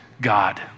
God